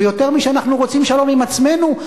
ויותר משאנחנו רוצים שלום עם עצמנו,